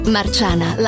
Marciana